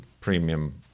Premium